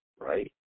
right